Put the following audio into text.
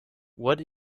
what